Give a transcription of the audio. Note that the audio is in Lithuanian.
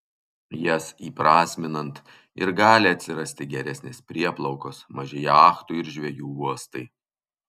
jas įprasminant ir gali atsirasti geresnės prieplaukos maži jachtų ir žvejų uostai